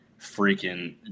freaking